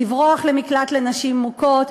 לברוח למקלט לנשים מוכות?